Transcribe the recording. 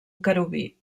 querubí